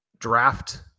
draft